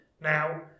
now